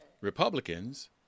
Republicans